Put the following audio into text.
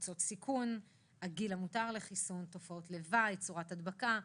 לקבוצות סיכון; הגיל המותר לחיסון; תופעות לוואי; צורת הדבקה,